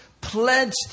pledged